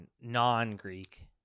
non-Greek